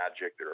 magic